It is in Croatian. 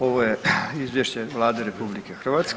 Ovo je izvješće Vlade RH.